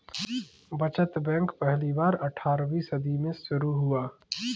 बचत बैंक पहली बार अट्ठारहवीं सदी में शुरू हुआ